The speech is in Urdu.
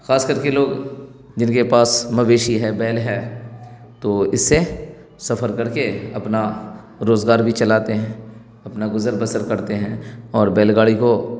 خاص کر کے لوگ جن کے پاس مویشی ہے بیل ہے تو اس سے سفر کر کے اپنا روزگار بھی چلاتے ہیں اپنا گزر بسر کرتے ہیں اور بیل گاڑی کو